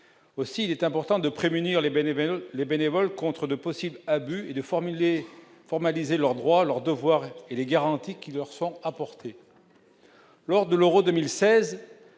aussi il est important de prémunir les bénévoles Les bénévoles contre de possibles abus et de formuler formaliser leurs droits, leurs devoirs et les garanties qui leur sont apportées lors de l'Euro 2016,